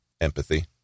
empathy